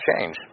change